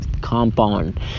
compound